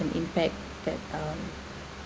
an impact that um